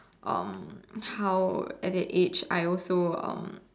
um how at that age I also um